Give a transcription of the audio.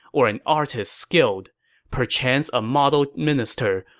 or an artist skilled perchance a model minister,